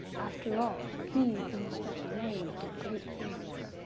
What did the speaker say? after all, he who must not be named did great things.